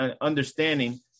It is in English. understanding